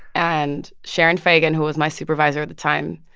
and sharon fagan, who was my supervisor at the time,